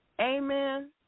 Amen